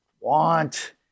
want